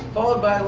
followed by